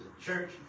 church